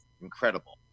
incredible